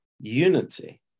unity